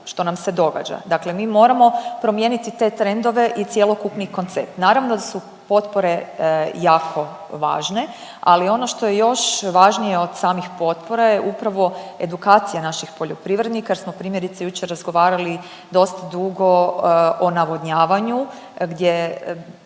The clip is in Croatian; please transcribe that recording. što nam se događa. Dakle, mi moramo promijeniti te trendove i cjelokupni koncept. Naravno da su potpore jako važno, ali ono što je još važnije od samih potpora je upravo edukacija naših poljoprivrednika jer smo primjerice jučer razgovarali dosta dugo o navodnjavanju gdje